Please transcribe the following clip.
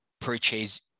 purchase